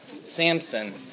Samson